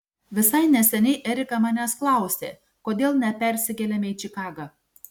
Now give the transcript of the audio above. visai neseniai erika manęs klausė kodėl nepersikeliame į čikagą